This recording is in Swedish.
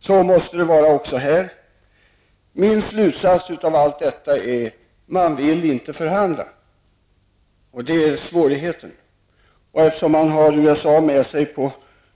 Så måste det vara också här. Min slutsats av allt detta är: Man vill inte förhandla. Det är svårigheten. Eftersom man har USA med sig på